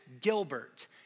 Gilbert